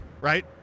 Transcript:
right